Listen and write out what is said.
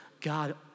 God